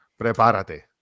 Prepárate